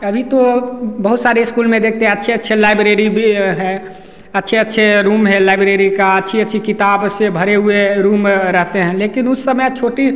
अभी तो बहुत सारे स्कूल में देखते हैं अच्छे अच्छे लाइब्रेरी भी हैं अच्छे अच्छे रूम हैं लाइब्रेरी का अच्छी अच्छी किताब से भरे हुए रूम रहते हैं लेकिन उस समय छोटी